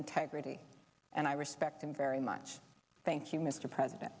integrity and i respect him very much thank you mr president